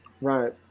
Right